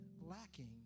lacking